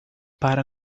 para